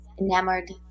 enamored